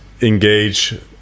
engage